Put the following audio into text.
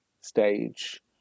stage